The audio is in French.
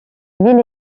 ville